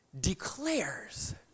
declares